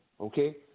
Okay